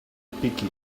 picky